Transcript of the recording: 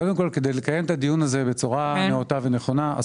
קודם כל כדי לקיים את הדיון הזה בצורה נאותה ונכונה אז